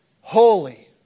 Holy